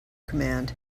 command